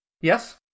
Yes